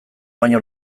baino